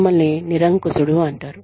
మీమ్మల్ని నిరంకుశుడు అంటారు